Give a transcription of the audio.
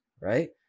right